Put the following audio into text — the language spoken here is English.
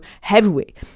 heavyweight